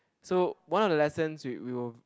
so one of the lessons we we will